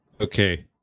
Okay